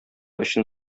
өчен